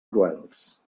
cruels